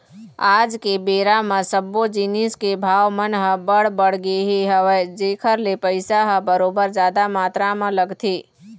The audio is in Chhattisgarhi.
आज के बेरा म सब्बो जिनिस के भाव मन ह बड़ बढ़ गे हवय जेखर ले पइसा ह बरोबर जादा मातरा म लगथे